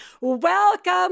Welcome